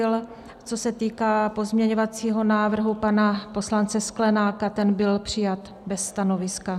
Co se týká pozměňovacího návrhu pana poslance Sklenáka, byl přijat bez stanoviska.